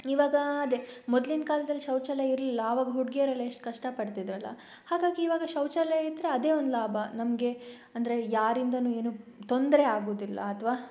ಇವಾಗ ಅದೇ ಮೊದಲಿನ ಕಾಲದಲ್ಲಿ ಶೌಚಾಲಯ ಇರಲಿಲ್ಲ ಅವಾಗ ಹುಡುಗಿಯರೆಲ್ಲ ಎಷ್ಟು ಕಷ್ಟ ಪಡ್ತಿದ್ದರಲ್ಲ ಹಾಗಾಗಿ ಇವಾಗ ಶೌಚಾಲಯ ಇದ್ದರೆ ಅದೇ ಒಂದು ಲಾಭ ನಮಗೆ ಅಂದರೆ ಯಾರಿಂದನೂ ಏನೂ ತೊಂದರೆ ಆಗುವುದಿಲ್ಲ ಅಥವಾ